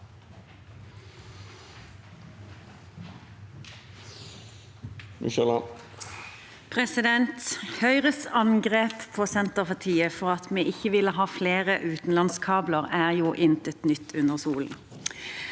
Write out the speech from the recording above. Høyres an- grep på Senterpartiet for at vi ikke vil ha flere utenlandskabler, er jo intet nytt under solen.